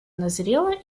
назрела